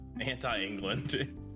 Anti-England